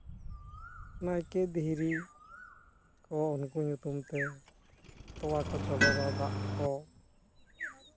ᱱᱟᱭᱠᱮ ᱫᱷᱤᱨᱤ ᱠᱚ ᱩᱱᱠᱩ ᱧᱩᱛᱩᱢᱛᱮ ᱛᱚᱣᱟ ᱠᱚ ᱪᱚᱰᱚᱨᱟ ᱫᱟᱜ ᱠᱚ